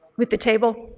with the table?